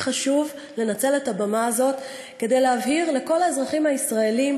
לי חשוב לנצל את הבמה הזאת כדי להבהיר לכל האזרחים הישראלים